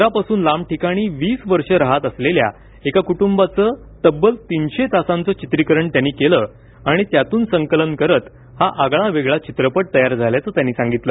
शहरापासून लांब ठिकाणी वीस वर्ष राहत असलेल्या एका कुटुंबाचं तब्बल तीनशे तासांचं चित्रीकरण त्यांनी केलं आणि त्यातून संकलन करत हा आगळावेगळा चित्रपट तयार झाल्याचं त्यांनी सांगितलं